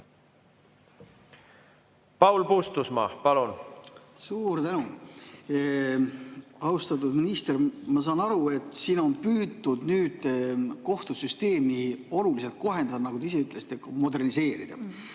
millisel moel? Suur tänu! Austatud minister! Ma saan aru, et siin on püütud nüüd kohtusüsteemi oluliselt kohendada, või nagu te ise ütlesite, moderniseerida.